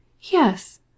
Yes